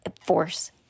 force